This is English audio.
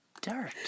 Dirt